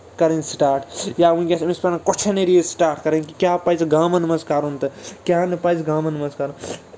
کَرٕنۍ سٹارٹ یا وٕنکٮ۪س أمِس پَزَن کوشَنٕریٖز سٹارٹ کَرٕنۍ کہِ کیاہ پَزِ گامَن منٛز کَرُن تہٕ کیاہ نہٕ پَزِ گامَن منٛز کَرُن